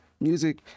music